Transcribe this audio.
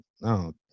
No